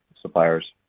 suppliers